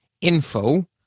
info